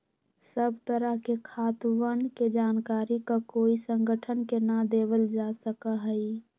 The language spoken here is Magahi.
सब तरह के खातवन के जानकारी ककोई संगठन के ना देवल जा सका हई